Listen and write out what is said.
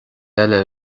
eile